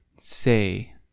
say